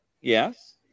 Yes